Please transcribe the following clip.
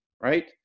right